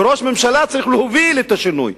וראש ממשלה צריך להוביל את השינוי.